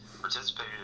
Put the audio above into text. participated